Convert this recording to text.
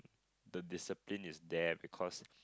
the discipline is there because